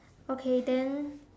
okay then